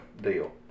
deal